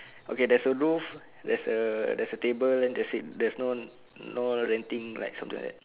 okay there's a roof there's a there's a table then that's it there's no no renting like something like that